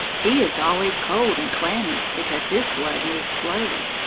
he is always cold and clammy because his blood moves slowly.